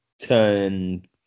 turn